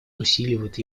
усиливают